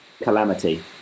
calamity